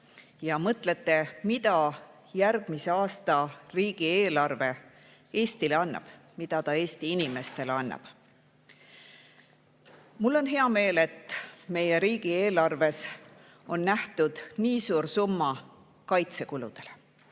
ja mõtlete, mida järgmise aasta riigieelarve Eestile annab ja mida ta Eesti inimestele annab! Mul on hea meel, et meie riigieelarves on nähtud ette nii suur summa kaitsekuludele.